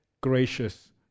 gracious